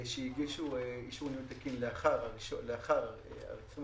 שהגישו לאחר 28